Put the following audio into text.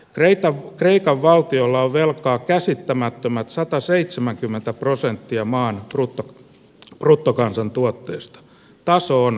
kreikka kreikan valtiolla on velkaa käsittämättömät sataseitsemänkymmentä prosenttia maan brutto ja bruttokansantuotteesta tasoon